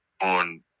on